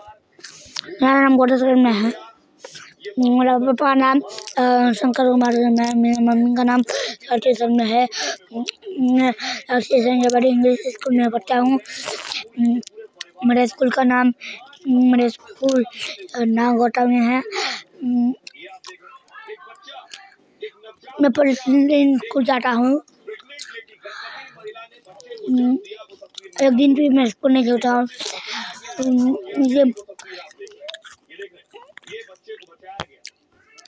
कचियार इस्तेमाल फसल कटवार तने कराल जाछेक